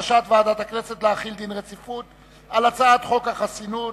בקשת ועדת הכנסת להחיל דין רציפות על הצעת חוק חסינות